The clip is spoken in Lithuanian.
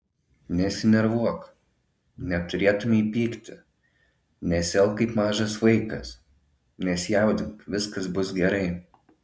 nesinervuok neturėtumei pykti nesielk kaip mažas vaikas nesijaudink viskas bus gerai